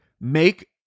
make